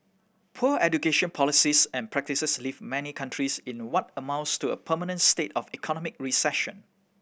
poor education policies and practices leave many countries in what amounts to a permanent state of economic recession